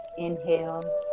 Inhale